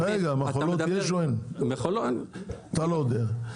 אני לא יודע.